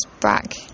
back